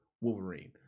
Wolverine